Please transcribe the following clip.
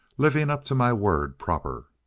living up to my word proper.